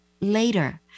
later